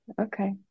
Okay